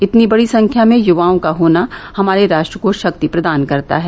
इतनी बड़ी संख्या में युवाओं का होना हमारे रा द्र को ाक्ति प्रदान करता है